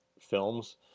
films